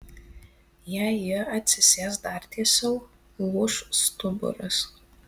jei ji atsisės dar tiesiau lūš stuburas